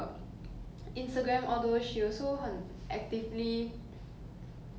uh advocating for black lives movement so 你觉得她